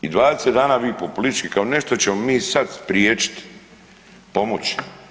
I 20 dana vi populistički, kao nešto ćemo mi sad spriječiti, pomoći.